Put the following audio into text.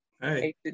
hey